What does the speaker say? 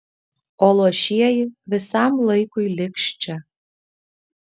o luošieji visam laikui liks čia